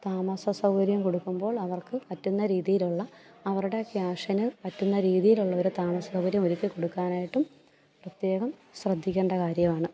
താമസ സൗകര്യം കൊടുക്കുമ്പോൾ അവർക്കു പറ്റുന്ന രീതിയിലുള്ള അവരുടെ ക്യാഷിന് പറ്റുന്ന രീതിയിലുള്ളൊരു താമസ സൗകര്യം ഒരുക്കി കൊടുക്കാനായിട്ടും പ്രത്യേകം ശ്രദ്ധിക്കേണ്ട കാര്യമാണ്